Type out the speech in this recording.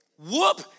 Whoop